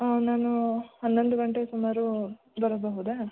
ಹ್ಞೂ ನಾನು ಹನ್ನೊಂದು ಗಂಟೆ ಸುಮಾರು ಬರಬಹುದಾ